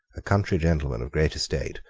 a country gentleman of great estate,